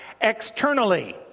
externally